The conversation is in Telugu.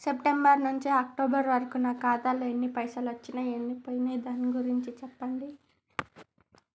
సెప్టెంబర్ నుంచి అక్టోబర్ వరకు నా ఖాతాలో ఎన్ని పైసలు వచ్చినయ్ ఎన్ని పోయినయ్ దాని గురించి చెప్పండి?